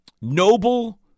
Noble